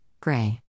Gray